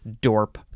DORP